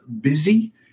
busy